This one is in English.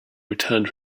returned